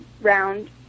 round